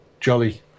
Jolly